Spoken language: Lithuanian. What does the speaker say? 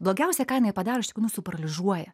blogiausia ką jinai padaro iš tikrųjų mus suparalyžuoja